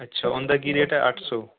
ਅੱਛਾ ਉਹਦਾ ਕੀ ਰੇਟ ਹੈ ਅੱਠ ਸੌ